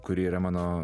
kuri yra mano